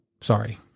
Sorry